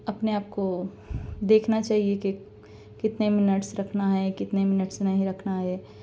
اپنے آپ کو دیکھنا چاہیے کہ کتنے منٹس رکھنا ہے کتنے منٹس نہیں رکھنا ہے